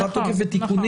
זה הארכת תוקף ותיקונים.